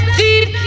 deep